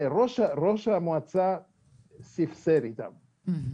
חברי הוועדה לשתף אתכם פעולה, לקדם דברים.